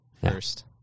first